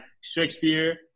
Shakespeare